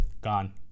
Gone